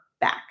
back